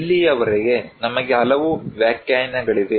ಇಲ್ಲಿಯವರೆಗೆ ನಮಗೆ ಹಲವು ವ್ಯಾಖ್ಯಾನಗಳಿವೆ